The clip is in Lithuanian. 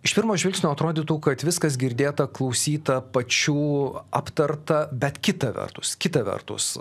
iš pirmo žvilgsnio atrodytų kad viskas girdėta klausyta pačių aptarta bet kita vertus kita vertus